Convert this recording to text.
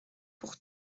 pour